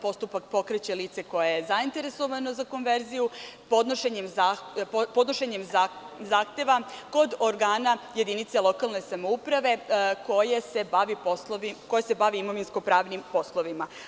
Postupak pokreće lice koje je zainteresovano za konverziju podnošenjem zahteva kod organa jedinice lokalne samouprave, koje se bavi imovinsko-pravnim poslovima.